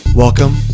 Welcome